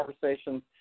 conversations